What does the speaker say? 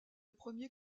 premier